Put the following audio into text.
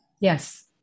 Yes